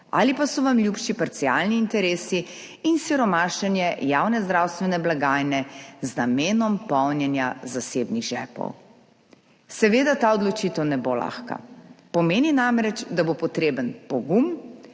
ali pa so vam ljubši parcialni interesi in siromašenje javne zdravstvene blagajne z namenom polnjenja zasebnih žepov. Seveda ta odločitev ne bo lahka, pomeni namreč, da bo potreben pogum,